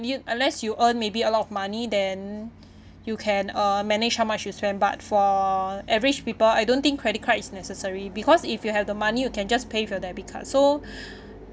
unless you earn maybe a lot of money then you can uh manage how much you spend but for average people I don't think credit card is necessary because if you have the money you can just pay from debit card so